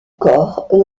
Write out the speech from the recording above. corps